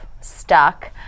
stuck